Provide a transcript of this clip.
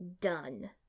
done